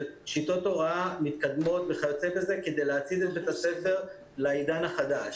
שיטות הוראה מתקדמות וכיוצא בזה כדי להצעיד את בית הספר לעידן החדש.